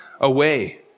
away